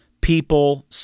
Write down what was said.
people